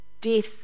Death